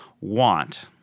want